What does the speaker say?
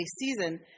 season